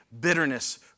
bitterness